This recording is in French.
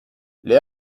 les